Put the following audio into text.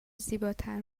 زیباتر